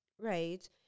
Right